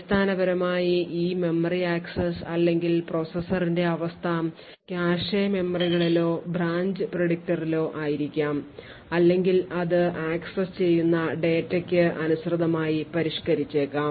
അടിസ്ഥാനപരമായി ഈ memory access അല്ലെങ്കിൽ പ്രൊസസ്സറിന്റെ അവസ്ഥ കാഷെ മെമ്മറികളിലോ ബ്രാഞ്ച് predictor ലോ ആയിരിക്കാം അല്ലെങ്കിൽ അത് ആക്സസ് ചെയ്യുന്ന ഡാറ്റയ്ക്ക് അനുസൃതമായി പരിഷ്കരിച്ചേക്കാം